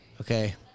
Okay